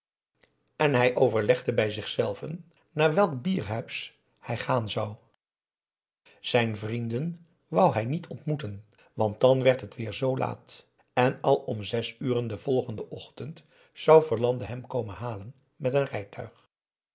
en hij overlegde bij zichzelven naar welk bierhuis hij gaan zou zijn vrienden wou hij niet ontmoeten want dan werd het weer zoo laat en al om zes uren den volgenden ochtend zou verlande hem komen halen met een rijtuig